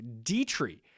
Dietrich